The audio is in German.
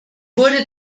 wurde